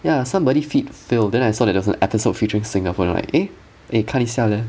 ya somebody feed failed then I saw that there's an episode featuring singaporean like eh eh 看一下 leh